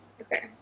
Okay